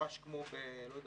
ממש כמו לאסירים.